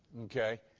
okay